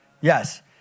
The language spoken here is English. Yes